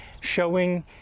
showing